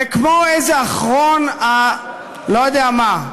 וכמו איזה אחרון הלא-יודע-מה,